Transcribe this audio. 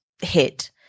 hit